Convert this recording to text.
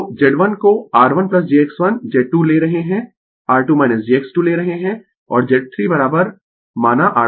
Refer Slide Time 3300 तो Z1 को R1jX1Z2 ले रहे है R2 jX2 ले रहे है और Z 3 माना R3